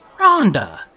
Rhonda